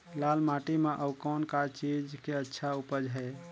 लाल माटी म अउ कौन का चीज के अच्छा उपज है?